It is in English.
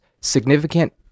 significant